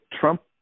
Trump